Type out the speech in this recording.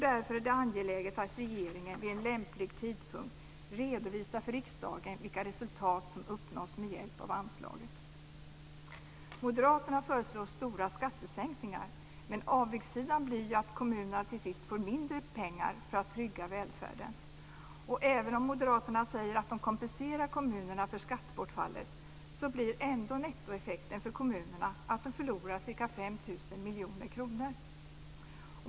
Därför är det angeläget att regeringen vid en lämplig tidpunkt redovisar för riksdagen vilka resultat som uppnås med hjälp av anslaget. Moderaterna föreslår stora skattesänkningar, men avigsidan blir ju att kommunerna till sist får mindre pengar för att trygga välfärden. Även om Moderaterna säger att de kompenserar kommunerna för skattebortfallet blir nettoeffekten för kommunerna att de förlorar ca 5 miljarder kronor.